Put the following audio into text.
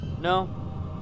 No